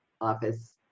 office